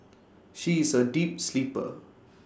she is A deep sleeper